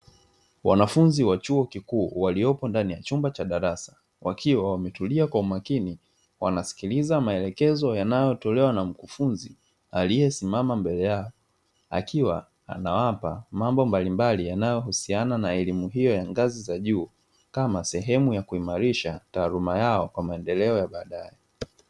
Wanafunzi wa chuo kikuu waliopo ndani ya chumba cha darasa, wakiwa wametulia kwa umakini wanasikiliza maelekezo yanayotolewa na mkufunzi aliyesimama mbele yao. Akiwa anawapa mambo mbalimbali yanayohusiana na elimu hiyo ya ngazi za juu kama sehemu ya kuimarisha taaluma yao kwa maendeleo ya baadae.